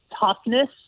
toughness